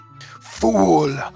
Fool